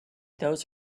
those